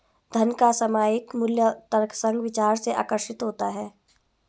धन का सामयिक मूल्य तर्कसंग विचार से आकर्षित होता है